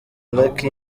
lucky